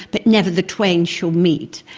but never the twain shall meet.